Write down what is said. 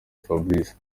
fabrice